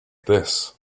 this